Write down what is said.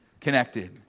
connected